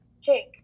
Jake